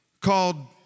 called